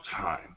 time